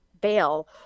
bail